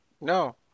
No